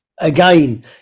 again